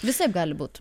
visaip gali būt